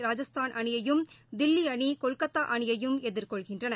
cricket Rajasthan அணியையும் தில்லிஅணி கொல்கத்தாஅணியையும் எதிர்கொள்கின்றன